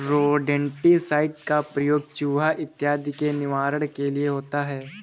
rodenticide का प्रयोग चुहा इत्यादि के निवारण के लिए होता है